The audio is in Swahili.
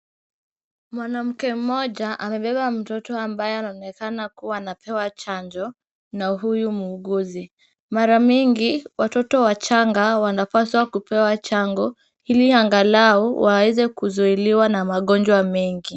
Mwanamke mmoja amebeba mtoto ambaye anaonekana kuwa anapewa chanjo na huyu muuguzi. Mara mingi watoto wachanga wanapaswa kupewa chanjo ili angalau waweze kuzuiliwa na magonjwa mengi.